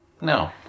No